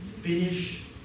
Finish